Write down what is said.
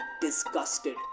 disgusted